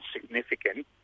significant